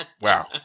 Wow